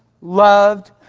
loved